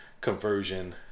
conversion